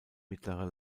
mittlere